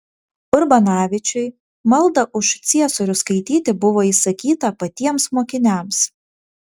urbanavičiui maldą už ciesorių skaityti buvo įsakyta patiems mokiniams